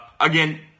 again